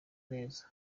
neza